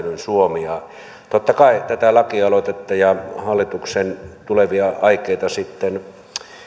sääntelyn suomi totta kai tätä lakialoitetta ja hallituksen tulevia aikeita sitten